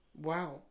Wow